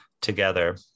together